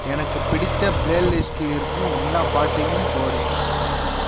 எனக்கு பிடித்த ப்ளேலிஸ்ட்டில் இருக்கும் எல்லா பாட்டையும் போடு